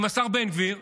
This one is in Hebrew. עם השר בן גביר,